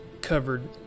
covered